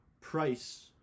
Price